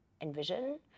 envision